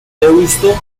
deusto